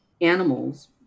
animals